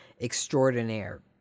extraordinaire